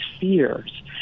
fears